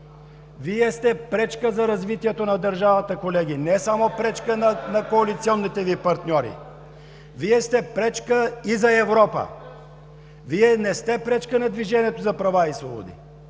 Вие сте пречка за развитието на държавата, колеги, не само пречка на коалиционните Ви партньори. (Силен шум и реплики от ОП.) Вие сте пречка и за Европа. Вие не сте пречка на „Движението за права и свободи“.